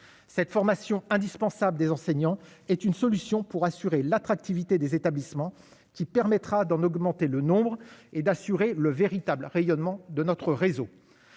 cette formation indispensable des enseignants est une solution pour assurer l'attractivité des établissements. Qui permettra d'en augmenter le nombre et d'assurer le véritable rayonnement de notre réseau,